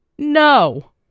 No